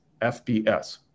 FBS